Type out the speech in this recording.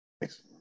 Thanks